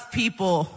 people